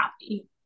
happy